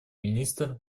министр